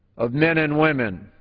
of men and women,